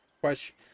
question